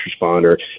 responder